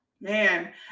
Man